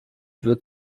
wird